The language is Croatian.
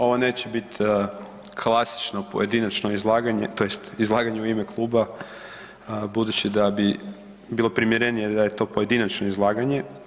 Ovo neće biti klasično pojedinačno izlaganje, tj. izlaganje u ime kluba budući da bi bilo primjerenije da je to pojedinačno izlaganje.